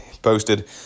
posted